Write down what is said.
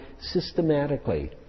systematically